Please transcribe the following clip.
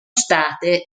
state